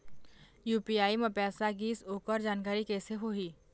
UPI म पैसा गिस ओकर जानकारी कइसे होही?